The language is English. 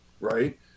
Right